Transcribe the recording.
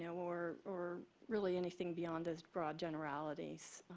know, or or really anything beyond this broad generalities.